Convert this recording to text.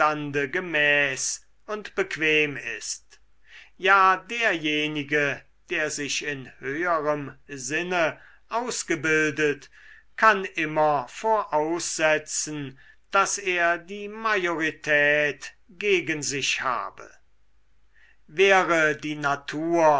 und bequem ist ja derjenige der sich in höherem sinne ausgebildet kann immer voraussetzen daß er die majorität gegen sich habe wäre die natur